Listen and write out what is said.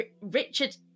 Richard